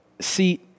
See